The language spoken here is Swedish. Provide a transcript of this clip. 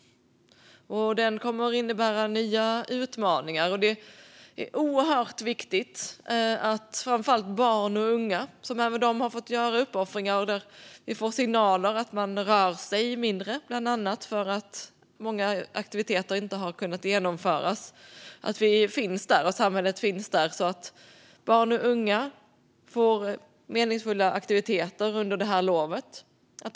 Den kommer att innebära nya utmaningar. Det är oerhört viktigt för framför allt barn och unga. De har fått göra uppoffringar. Vi får signaler om att de rör sig mindre, bland annat för att många aktiviteter inte har kunnat genomföras. Det gäller att vi och samhället finns där så att barn och unga får meningsfulla aktiviteter under lovet.